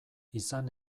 izan